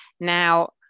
Now